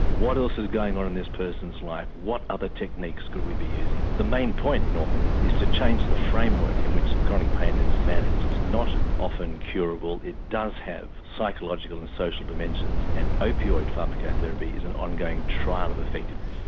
what else is going on in this person's life, what other techniques could we be using? the main point norman is to change the framework in which chronic pain is managed, it's not often curable, it does have psychological and social dimensions and opiod pharmaco therapy is an ongoing trial of effectiveness.